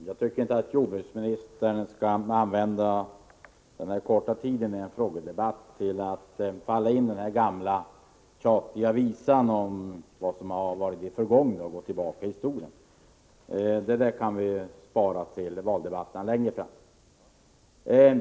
Fru talman! Jag tycker inte jordbruksministern skall använda den korta tiden i en frågedebatt till att falla in i den gamla tjatiga visan om vad som varit i det förgångna och gå tillbaka i historien. Det kan vi skjuta upp till valdebatterna längre fram.